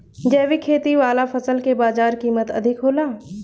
जैविक खेती वाला फसल के बाजार कीमत अधिक होला